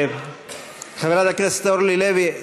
חברת הכנסת אורלי לוי,